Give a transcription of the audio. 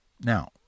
Now